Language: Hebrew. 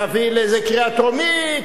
נביא לקריאה טרומית,